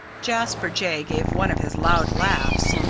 jasper jay gave one of his loud laughs.